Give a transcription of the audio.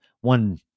one